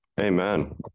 Amen